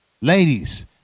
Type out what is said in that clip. ladies